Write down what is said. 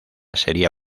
sería